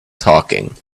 talking